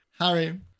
Harry